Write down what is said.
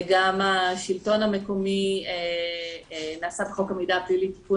גם השלטון המקומי עשה בחוק המידע הפלילי תיקון